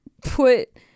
put